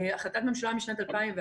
החלטת ממשלה משנת 2011